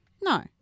No